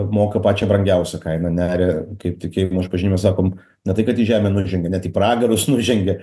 moka pačią brangiausią kainą neria kaip tikėjimo išpažinime sakom ne tai kad į žemę nužengė net į pragarus nužengė